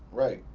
right,